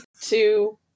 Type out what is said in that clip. two